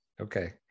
Okay